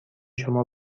شما